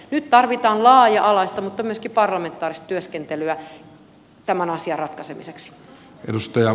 nyt tarvitaan laaja alaista mutta myöskin parlamentaarista työskentelyä tämän asian ratkaisemiseksi